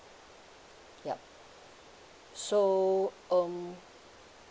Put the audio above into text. yup so um